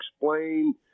explain